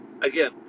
Again